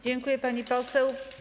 Dziękuję, pani poseł.